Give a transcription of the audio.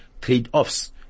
trade-offs